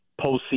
postseason